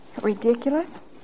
Ridiculous